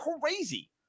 crazy